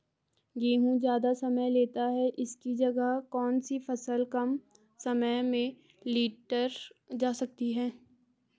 गेहूँ ज़्यादा समय लेता है इसकी जगह कौन सी फसल कम समय में लीटर जा सकती है?